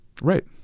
right